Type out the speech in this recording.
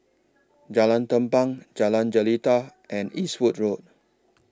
Jalan Tampang Jalan Jelita and Eastwood Road